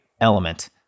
element